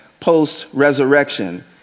post-resurrection